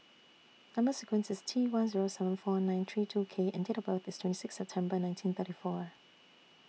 Number sequence IS T one Zero seven four nine three two K and Date of birth IS twenty Sixth September nineteen thirty four